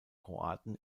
kroaten